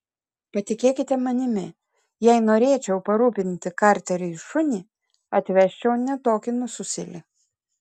patikėkite manimi jei norėčiau parūpinti karteriui šunį atvesčiau ne tokį nususėlį